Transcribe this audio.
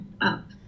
up